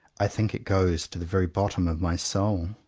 i think it goes to the very bottom of my soul.